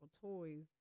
toys